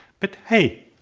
but hey,